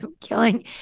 killing